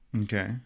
okay